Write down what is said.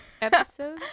episode